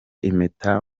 impeta